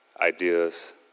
ideas